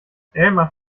elmar